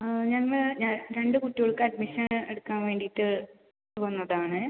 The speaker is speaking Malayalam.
ആ ഞങ്ങൾ ഞാൻ രണ്ട് കുട്ടികൾക്ക് അഡ്മിഷൻ എടുക്കാൻ വേണ്ടിയിട്ട് വന്നതാണ്